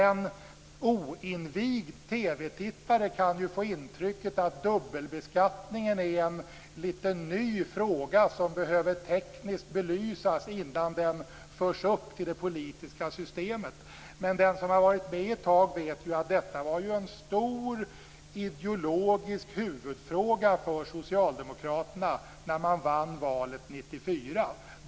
En oinvigd TV tittare kan ju få intrycket att dubbelbeskattningen är en lite ny fråga som behöver tekniskt belysas innan den förs upp till det politiska systemet. Men den som har varit med ett tag vet ju att detta var en stor ideologisk huvudfråga för socialdemokraterna när de vann valet 1994.